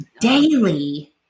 daily